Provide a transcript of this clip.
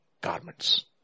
garments